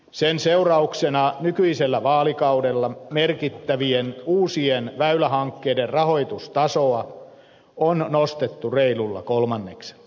sen seurauksena nykyisellä vaalikaudella merkittävien uusien väylähankkeiden rahoitustasoa on nostettu reilulla kolmanneksella